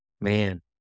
Man